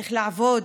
איך לעבוד,